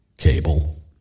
Cable